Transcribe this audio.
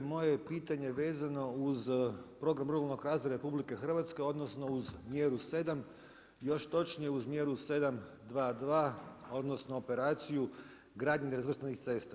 Moje je pitanje vezano uz program ruralnog razvoja RH odnosno uz mjeru 7, još točnije uz mjeru 7.2.2. odnosno operaciju gradnje razvrstanih cesta.